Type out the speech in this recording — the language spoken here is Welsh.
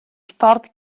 ffordd